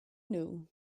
nhw